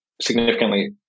significantly